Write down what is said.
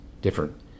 different